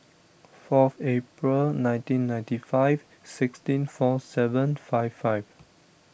forth April nineteen ninety five sixteen four seven five five